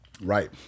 Right